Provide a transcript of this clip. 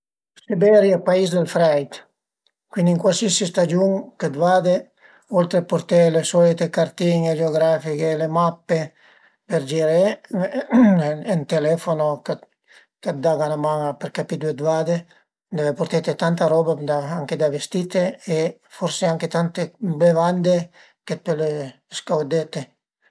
Se l'ai cumbinane cuaidüne a cuaidün, se l'ai parlà mal, se l'ai insültaie, se l'ai pistaie i pe e sübit al e pa facil magari ciamé scüza, s'al e sül mument magari a t'ven, ma se lase pasé ën po dë temp al e dificil, però dopu ün poch se la persun-a t'la vëdde pa, t'ause ël telefono e ti telefune e dize: sent l'ai sbaglià, t'ciamu scüza